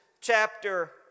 chapter